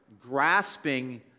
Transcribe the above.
grasping